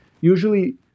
Usually